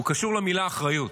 הוא קשור למילה "אחריות".